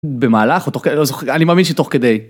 במהלך או תוך כדי, אני מאמין שתוך כדי.